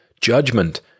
judgment